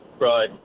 Right